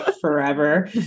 forever